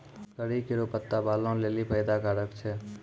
करी केरो पत्ता बालो लेलि फैदा कारक छै